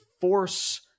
force